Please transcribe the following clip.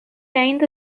ainda